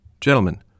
gentlemen